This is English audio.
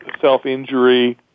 self-injury